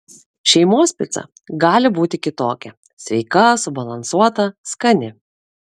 šeimos pica gali būti kitokia sveika subalansuota skani